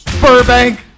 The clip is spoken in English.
Burbank